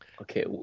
Okay